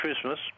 Christmas